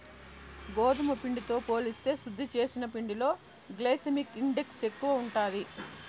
గోధుమ పిండితో పోలిస్తే శుద్ది చేసిన పిండిలో గ్లైసెమిక్ ఇండెక్స్ ఎక్కువ ఉంటాది